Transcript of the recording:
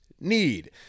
need